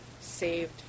saved